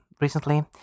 recently